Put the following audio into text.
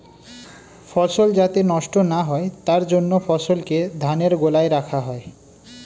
ফসল যাতে নষ্ট না হয় তার জন্য ফসলকে ধানের গোলায় রাখা হয়